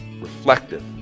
reflective